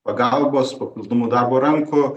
pagalbos papildomų darbo rankų